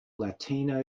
latino